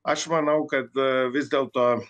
aš manau kad vis dėlto